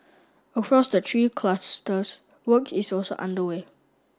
across the three clusters work is also underway